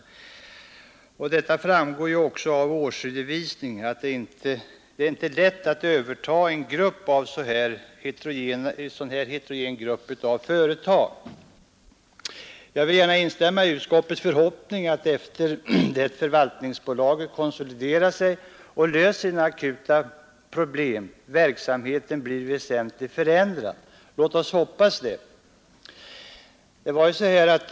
Det framgår också av årsredovisningen att det inte är lätt att övertaga en så heterogen grupp av företag. Jag vill gärna instämma i utskottets förhoppning att efter det förvaltningsbolaget konsoliderat sig och löst sina akuta problem verksamheten blir väsentligt förändrad. Låt oss hoppas det.